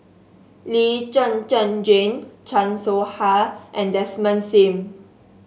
Lee Zhen Zhen Jane Chan Soh Ha and Desmond Sim